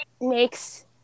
makes